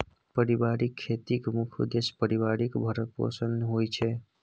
परिबारिक खेतीक मुख्य उद्देश्य परिबारक भरण पोषण होइ छै